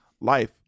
life